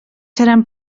seran